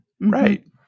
Right